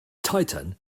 titan